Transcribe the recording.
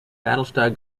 battlestar